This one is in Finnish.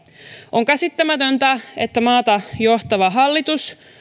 on käsittämätöntä että maata johtava hallitus